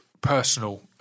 personal